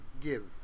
give